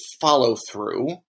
follow-through